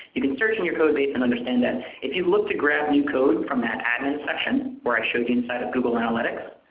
you can search in your code base and understand them. if you look to grab new code from that admin section where i showed you inside of google analytics,